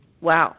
Wow